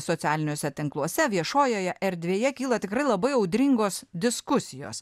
socialiniuose tinkluose viešojoje erdvėje kyla tikrai labai audringos diskusijos